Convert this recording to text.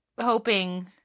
hoping